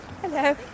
Hello